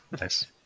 Nice